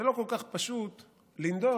זה לא כל כך פשוט לנדוד